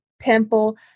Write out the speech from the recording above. Pimple